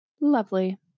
lovely